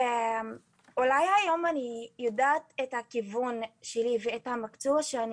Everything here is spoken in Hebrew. אולי היום אני יודעת את הכיוון שלי ואת המקצוע שאני